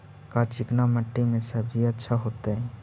का चिकना मट्टी में सब्जी अच्छा होतै?